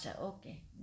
Okay